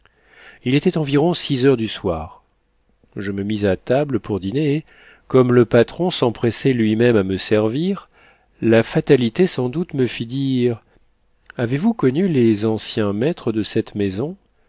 il était environ six heures du soir je me mis à table pour dîner et comme le patron s'empressait lui-même à me servir la fatalité sans doute me fit dire avez-vous connu les anciens maîtres de cette maison